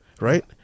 Right